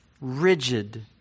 rigid